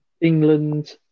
England